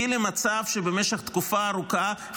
שהביא למצב שבמשך תקופה ארוכה,